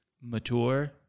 mature